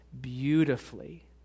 beautifully